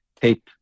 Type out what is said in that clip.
tape